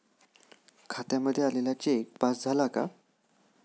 खात्यामध्ये आलेला cheque pass झाला का?